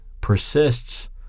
persists